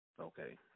Okay